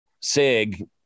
SIG